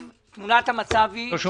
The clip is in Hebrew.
אם אין תקציב תמונת המצב היא שהדברים